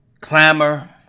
clamor